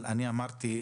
כפי שאמרתי,